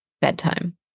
bedtime